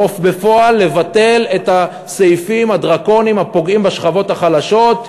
בפועל לבטל את הסעיפים הדרקוניים הפוגעים בשכבות החלשות.